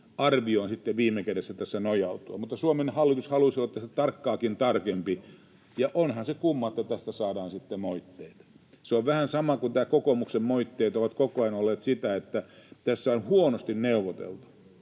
sitten viime kädessä tässä nojautua. Mutta Suomen hallitus halusi olla tässä tarkkaakin tarkempi, ja onhan se kumma, että tästä saadaan sitten moitteita. Se on vähän sama kuin nämä kokoomuksen moitteet, jotka ovat koko ajan olleet sitä, että tässä on huonosti neuvoteltu,